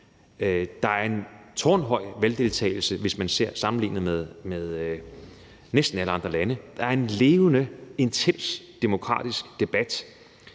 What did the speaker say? Der er en tårnhøj valgdeltagelse, hvis man sammenligner med næsten alle andre lande. Der er en levende, intens demokratisk debat.